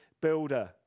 builder